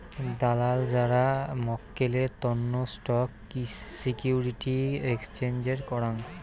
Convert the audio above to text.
দালাল যারা মক্কেলের তন্ন স্টক সিকিউরিটি এক্সচেঞ্জের করাং